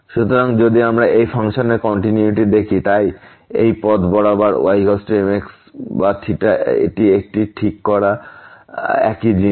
সুতরাং যদি আমরা এই ফাংশনের কন্টিনিউইটি দেখি তাই এই পথ বরাবর y mx বা এটি ঠিক করা একই জিনিস